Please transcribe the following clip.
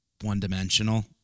one-dimensional